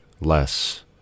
less